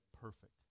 perfect